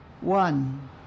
One